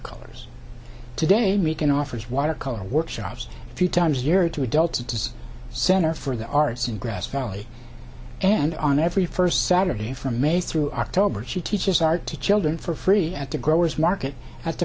colors today making offers watercolor workshops a few times a year to adults it is center for the arts in grass valley and on every first saturday from may through october she teaches art to children for free at the growers market at the